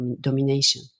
domination